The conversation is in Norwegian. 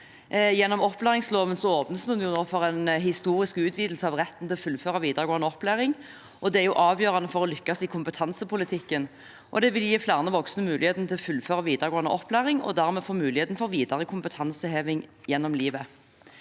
Gjennom opplæringsloven åpnes det nå for en historisk utvidelse av retten til å fullføre videregående opplæring. Det er avgjørende for å lykkes i kompetansepolitikken. Det vil gi flere voksne muligheten til å fullføre videregående opplæring og dermed få muligheten til videre kompetanseheving gjennom livet.